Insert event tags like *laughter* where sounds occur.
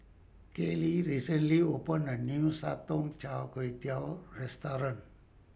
Kayley recently opened A New Sotong Char Kway *unintelligible* Restaurant